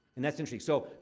and that's interesting. so,